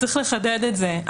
צריך לחדד את זה.